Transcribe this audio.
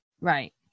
Right